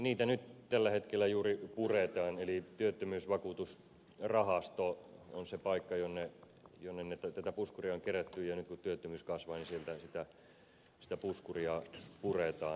niitä nyt tällä hetkellä juuri puretaan eli työttömyysvakuutusrahasto on se paikka jonne tätä puskuria on kerätty ja nyt kun työttömyys kasvaa sieltä sitä puskuria puretaan